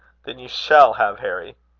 then you shall have harry.